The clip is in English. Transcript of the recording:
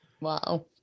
Wow